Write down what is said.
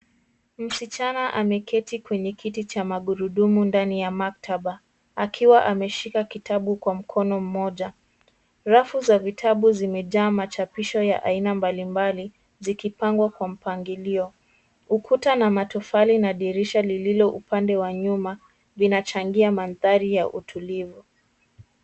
Msichana ameketi kwenye kiti cha magurudumu ndani ya maktaba akiwa ameshika kitabu kwa mkono mmoja. Rafu za vitabu zimejaa machapisho ya aina mbalimbali zikipangwa kwa mpangilio. Ukuta na matofali na dirisha lililo upande wa nyuma vinachangia mandhari ya utulivu.